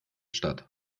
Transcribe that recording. statt